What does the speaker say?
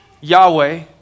Yahweh